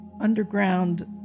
underground